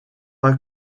court